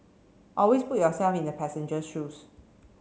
always put yourself in the passenger shoes